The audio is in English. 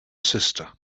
sister